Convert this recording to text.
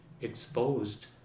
exposed